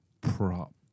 prop